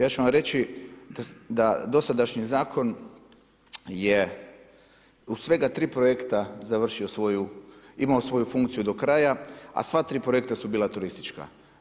Ja ću vam reći da dosadašnji zakon je u svega 3 projekta imao svoju funkciju do kraja a sva 3 projekta su bila turistička.